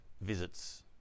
visits